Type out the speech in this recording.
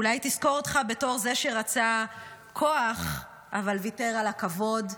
אולי היא תזכור אותך בתור זה שרצה כוח אבל ויתר על הכבוד,